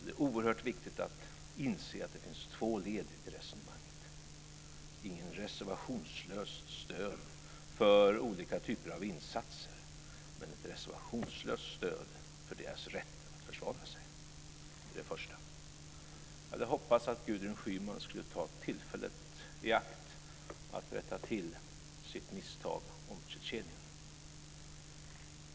Det är oerhört viktigt att inse att det finns två led i resonemanget. Det är inte fråga om ett reservationslöst stöd för olika typer av insatser, utan om ett reservationslöst stöd för USA:s rätt att försvara sig. Det var det första. Jag hade hoppats att Gudrun Schyman skulle ta tillfället i akt att rätta till sitt misstag om Tjetjenien.